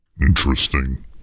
Interesting